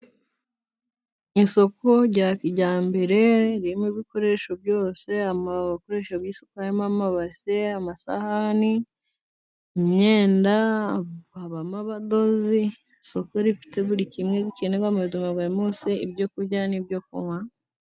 Isoko rya kijyambere ririmo ibikoresho byose. Ibikoresho by'isuku harimo amabase, amasahani, imyenda. Habamo abadozi, isoko rifite buri kimwe gikenerwa mu buzima bwa buri munsi. Haba mo ibyo kurya n'ibyo kunywa.